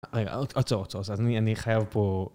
רגע, עצור, עצור. אז אני חייב פה